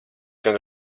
gan